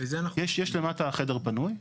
יש למטה חדר פנוי.